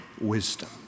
wisdom